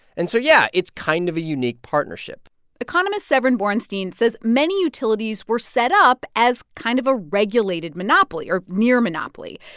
and so yeah, it's kind of a unique partnership economist severin borenstein says many utilities were set up as kind of a regulated monopoly or near-monopoly.